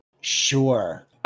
Sure